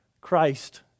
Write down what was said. Christ